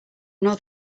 nor